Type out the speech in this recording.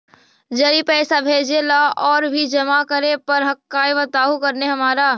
जड़ी पैसा भेजे ला और की जमा करे पर हक्काई बताहु करने हमारा?